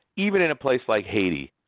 even in a place like haiti,